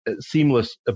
seamless